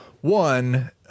One